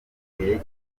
gihe